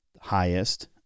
highest